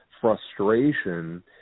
frustration